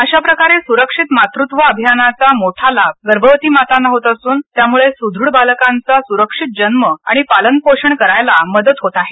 अशा प्रकारे सुरक्षित मातृत्व योजनेचा मोठा लाभ गर्भवती मातांना होत असून त्यामुळे सदृढ बालकांचा सुरक्षित जन्म आणि पालनपोषण करायला मदत होत आहे